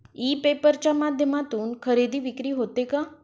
E paper च्या माध्यमातून खरेदी विक्री होते का?